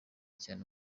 cyane